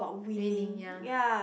really ya